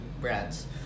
brands